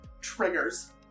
triggers